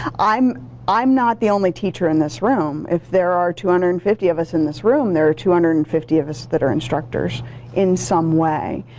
i'm i'm not the only teacher in this room. if there are two hundred and fifty of us in this room there are two hundred and fifty of us that are instructors in some way.